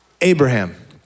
Abraham